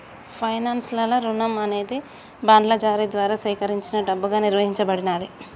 finance లలో రుణం అనేది బాండ్ల జారీ ద్వారా సేకరించిన డబ్బుగా నిర్వచించబడినాది